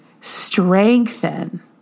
strengthen